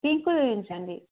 pink చూపించండి